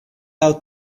out